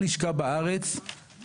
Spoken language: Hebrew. שימו לב כמה זה היה קריטי בעבורו.